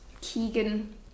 Keegan